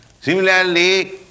Similarly